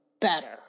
better